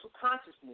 consciousness